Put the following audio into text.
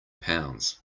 pounds